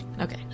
okay